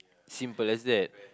simple as that